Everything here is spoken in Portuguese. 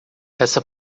essa